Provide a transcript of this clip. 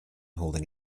holding